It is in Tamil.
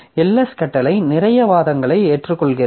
ls கட்டளை நிறைய வாதங்களை ஏற்றுக்கொள்கிறது